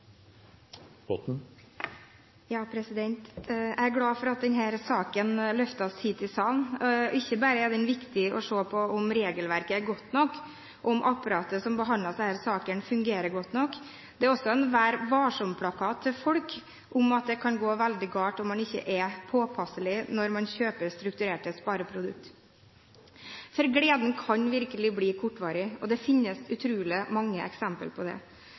3 minutter. Jeg er glad for at denne saken løftes hit til salen. Ikke bare er det viktig å se på om regelverket er godt nok, om apparatet som behandler disse sakene, fungerer godt nok. Det er også en vær-varsom-plakat til folk om at det kan gå veldig galt om man ikke er påpasselig når man kjøper strukturerte spareprodukter. For gleden kan virkelig bli kortvarig – det finnes utrolig mange eksempler på det.